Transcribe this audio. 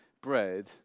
bread